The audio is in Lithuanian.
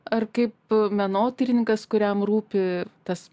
ar kaip menotyrininkas kuriam rūpi tas